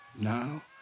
Now